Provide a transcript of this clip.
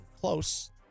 Close